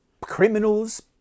criminals